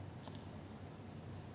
paul anderson ya paul anderson